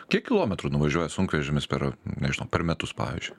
kiek kilometrų nuvažiuoja sunkvežimis per nežinau per metus pavyzdžiui